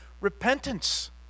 repentance